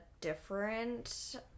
different